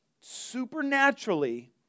supernaturally